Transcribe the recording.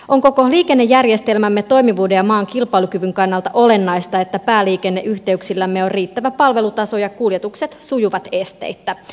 on koko liikennejärjestelmämme toimivuuden ja maan kilpailukyvyn kannalta olennaista että pääliikenneyhteyksillämme on riittävä palvelutaso ja kuljetukset sujuvat esteittä